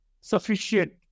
sufficient